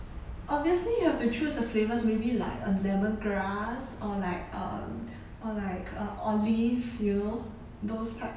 obviously you have to choose the flavours maybe like a lemon grass or like um or like uh olive you know those type